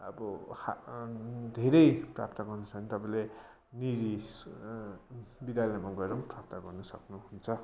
अब धेरै प्राप्त गर्नु छ भने चाहिँ तपाईँले निजी विद्यालयमा गएर पनि प्राप्त गर्न सक्नुहुन्छ